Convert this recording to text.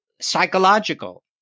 psychological